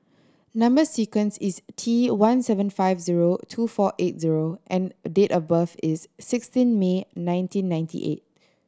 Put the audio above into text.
number sequence is T one seven five zero two four eight zero and date of birth is sixteen May nineteen ninety eight